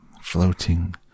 floating